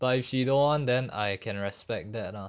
but if she don't want then I can respect that ah